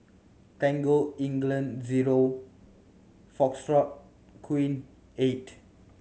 Tangle England zero Queen eight